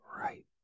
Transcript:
right